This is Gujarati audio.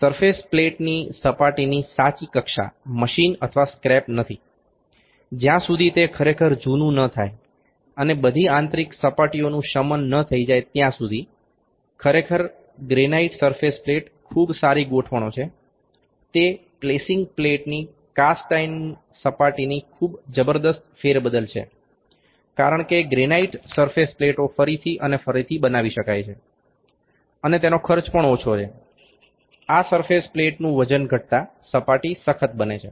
સરફેસ પ્લેટની સપાટીની સાચી કક્ષા મશીન અથવા સ્ક્રેપ નથી જ્યાં સુધી તે ખરેખર જુનુ ન થાય અને બધી આંતરિક સપાટીઓનું શમન ન થઇ જાય ત્યાં સુધી ખરેખર ગ્રેનાઇટ સરફેસ પ્લેટ ખૂબ સારી ગોઠવણો છે તે પ્લેસિંગ પ્લેટની કાસ્ટ આયર્ન સપાટીની ખૂબ જબરદસ્ત ફેરબદલ છે કારણ કે ગ્રેનાઈટ સરફેસ પ્લેટો ફરીથી અને ફરીથી બનાવી શકાય છે અને તેનો ખર્ચ પણ ઓછો થાય છે આ સરફેસ પ્લેટનું વજન ઘટતા સપાટી સખત બને છે